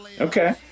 Okay